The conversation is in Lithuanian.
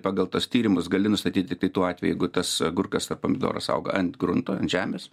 pagal tuos tyrimus gali nustatyt tik tai tuo atveju jeigu tas agurkas ar pomidoras auga ant grunto žemės